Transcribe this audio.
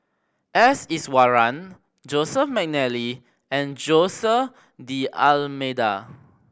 S Iswaran Joseph McNally and Jose D'Almeida